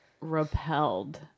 repelled